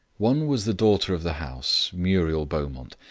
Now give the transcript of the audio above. one was the daughter of the house, muriel beaumont,